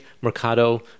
Mercado